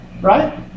right